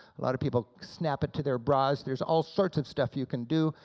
a lot of people snap it to their bras, there's all sorts of stuff you can do,